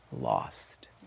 lost